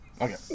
Okay